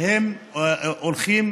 שהם הולכים